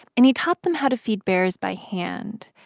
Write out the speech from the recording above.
and he taught them how to feed bears by hand.